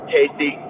Tasty